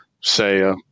say